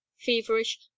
feverish